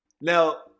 now